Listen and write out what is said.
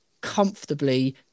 comfortably